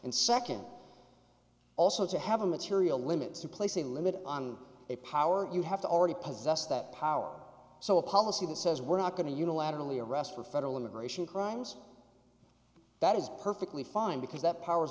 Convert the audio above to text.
and second also to have a material limits to place a limit on a power you have to already possess that power so a policy that says we're not going to unilaterally arrest for federal immigration crimes that is perfectly fine because that power